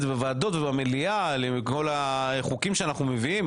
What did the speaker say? ובוועדות ובמליאה עם כל החוקים שאנחנו מביאים.